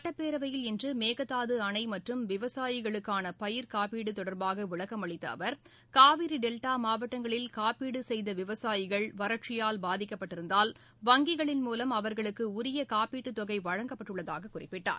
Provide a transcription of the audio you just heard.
சுட்டப்பேரவையில் இன்று மேகதாது அணை மற்றும் விவசாயிகளுக்கான பயிர் காப்பீடு தொடர்பாக விளக்கம் அளித்த அவர் காவிரி டெல்டா மாவட்டங்களில் காப்பீடு செய்த விவசாயிகள் வறட்சியால் பாதிக்கப்பட்டிருந்தால் வங்கிகளின் மூலம் அவர்களுக்கு உரிய காப்பீட்டு தொகை வழங்கப்பட்டுள்ளதாக குறிப்பிட்டார்